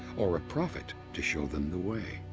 or a prophet to show them the way.